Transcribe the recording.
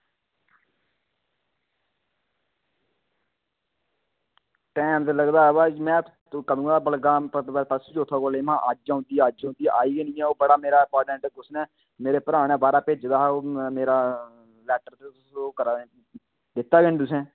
time ते लगदा पर में कदूंआं दा बलगा ना परसूं चौथे कोला लेइयै महां अज्ज औंदी अज्ज औंदी ओह् आई गै निं ऐ ओह् बड़ा मेरा इम्पार्टेंट क्वेच्शन ऐ मेरे भ्राऽ ने बाह्रा भेजे दा हा ओह् मेरा लेटर ते तुस ओह् करै दे दित्ता गै निं तुसें